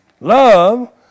Love